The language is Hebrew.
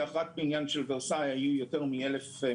רק בעניין של ורסאי היו יותר מ-1,200